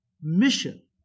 mission